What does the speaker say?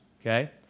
okay